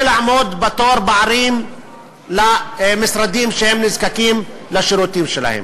לעמוד בתור במשרדים שהם נזקקים לשירותים שלהם.